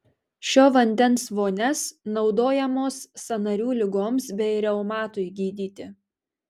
šio vandens vonias naudojamos sąnarių ligoms bei reumatui gydyti